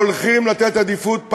או שהולכים לתת עדיפות,